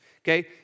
Okay